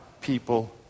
people